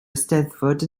eisteddfod